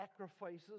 sacrifices